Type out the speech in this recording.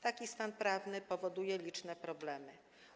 Taki stan prawny powoduje liczne problemy.